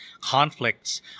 conflicts